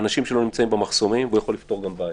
האנשים שלו נמצאים במחסומים והוא יכול גם לפתור בעיות.